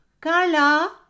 Carla